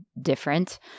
different